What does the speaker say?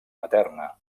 materna